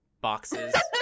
boxes